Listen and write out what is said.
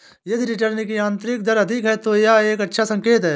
यदि रिटर्न की आंतरिक दर अधिक है, तो यह एक अच्छा संकेत है